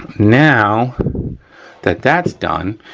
now that that's done,